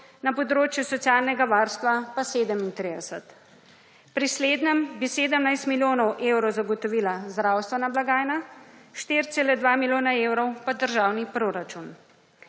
na področju socialnega varstva pa 37. Pri slednjem bi 17 milijonov evrov zagotovila zdravstvena blagajna, 4,2 milijona evrov pa državni proračun.